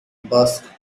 basque